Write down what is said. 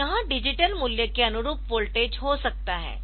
तो यह डिजिटल मूल्य के अनुरूप वोल्टेज हो सकता है